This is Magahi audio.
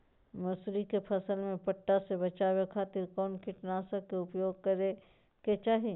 मसूरी के फसल में पट्टा से बचावे खातिर कौन कीटनाशक के उपयोग करे के चाही?